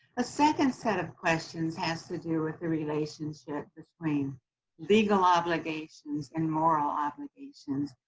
ah second set of questions has to do with the relationship between legal obligations and moral obligations,